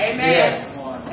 Amen